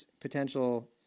potential